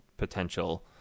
potential